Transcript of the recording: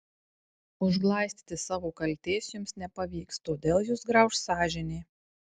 užglaistyti savo kaltės jums nepavyks todėl jus grauš sąžinė